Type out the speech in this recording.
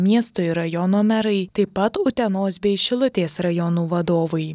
miesto ir rajono merai taip pat utenos bei šilutės rajonų vadovai